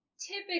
typically